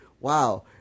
wow